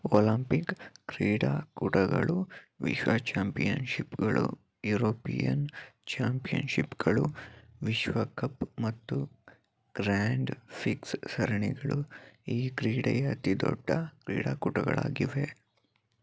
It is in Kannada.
ಒಲಿಂಪಿಕ್ ಕ್ರೀಡಾಕೂಟಗಳು ವಿಶ್ವ ಚಾಂಪಿಯನ್ಶಿಪ್ಗಳು ಯುರೋಪಿಯನ್ ಚಾಂಪಿಯನ್ಶಿಪ್ಗಳು ವಿಶ್ವ ಕಪ್ ಮತ್ತು ಗ್ರ್ಯಾಂಡ್ ಫಿಕ್ಸ್ ಸರಣಿಗಳು ಈ ಕ್ರೀಡೆಯ ಅತಿದೊಡ್ಡ ಕ್ರೀಡಾಕೂಟಗಳಾಗಿವೆ